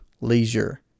leisure